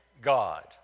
God